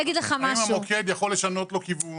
האם המוקד יכול לשנות לו כיוון?